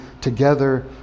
together